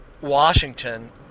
Washington